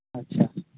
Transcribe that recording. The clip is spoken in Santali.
ᱟᱪᱪᱷᱟ